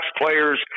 players